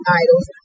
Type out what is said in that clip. idols